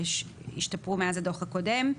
שהשתפרו מאז הדוח הקודם.